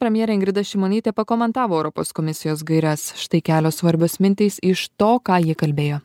premjerė ingrida šimonytė pakomentavo europos komisijos gaires štai kelios svarbios mintys iš to ką ji kalbėjo